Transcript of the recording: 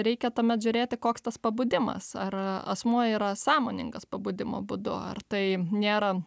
reikia tuomet žiūrėti koks tas pabudimas ar asmuo yra sąmoningas pabudimo būdu ar tai nėra